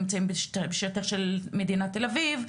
נמצאים בשטח של מדינת תל אביב,